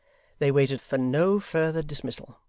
they waited for no further dismissal,